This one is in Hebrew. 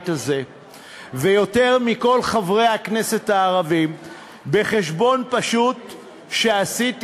הזה ויותר מכל חברי הכנסת הערבים בחשבון פשוט שעשיתי,